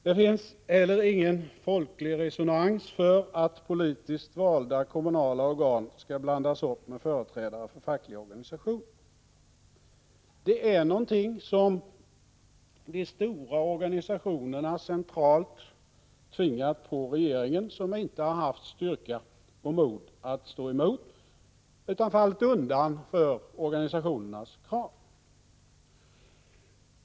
Det finns heller ingen folklig resonans för att politiskt valda kommunala organ skall blandas upp med företrädare för fackliga organisationer. Det är någonting som de stora organisationerna centralt har tvingat på regeringen, som inte haft styrka och mod att stå emot utan fallit undan för organisationernas krav.